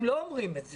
הם לא אומרים את זה.